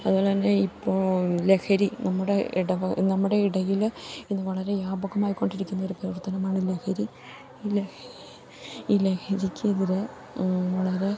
അതുപോലെതന്നെ ഇപ്പോള് ലഹരി നമ്മുടെ ഇടയില് ഇന്നു വളരെ വ്യാപകമായിക്കൊണ്ടിരിക്കുന്നൊരു പ്രവർത്തനമാണ് ലഹരി ഈ ഈ ലഹരിക്കെതിരെ വളരെ